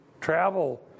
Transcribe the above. travel